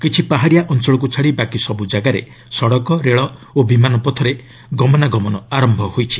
କିଛି ପାହାଡ଼ିଆ ଅଞ୍ଚଳକୁ ଛାଡ଼ି ବାକି ସବୁ ଜାଗାରେ ସଡ଼କ ରେଳ ଓ ବିମାନ ପଥରେ ଗମନାଗମନ ଆରମ୍ଭ ହୋଇଛି